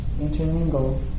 intermingle